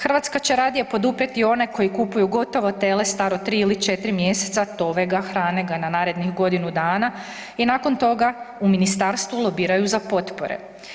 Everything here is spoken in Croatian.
Hrvatska će radije poduprijeti one koji kupuju gotovo tele staro 3 ili 4 mjeseca, tove ga, hrane ga na narednih godinu dana i nakon toga u ministarstvu lobiraju za potpore.